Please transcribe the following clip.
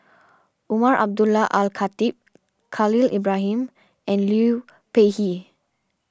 Umar Abdullah Al Khatib Khalil Ibrahim and Liu Peihe